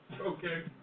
Okay